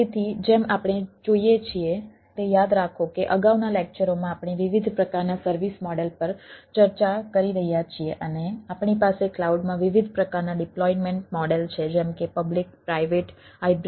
તેથી જેમ આપણે જોઈએ છીએ તે યાદ રાખો કે અગાઉના લેક્ચરોમાં આપણે વિવિધ પ્રકારના સર્વિસ મોડેલ કરી શકાય છે બરાબર